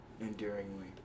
endearingly